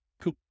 Cool